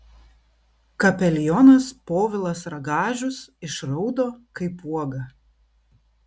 kapelionas povilas ragažius išraudo kaip uoga